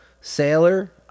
Sailor